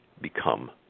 become